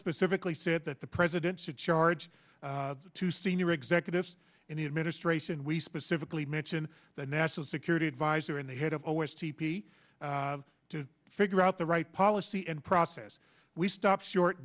specifically said that the president should charge to senior executives in the administration we specifically mention the national security adviser in the head of always t p to figure out the right policy and process we stop short